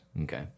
Okay